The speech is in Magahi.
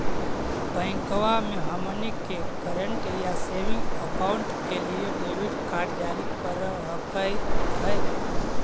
बैंकवा मे हमनी के करेंट या सेविंग अकाउंट के लिए डेबिट कार्ड जारी कर हकै है?